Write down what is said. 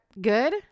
good